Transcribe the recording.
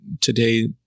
today